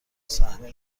صحنه